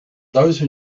those